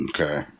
Okay